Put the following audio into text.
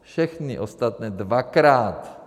Všechny ostatní dvakrát.